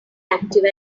active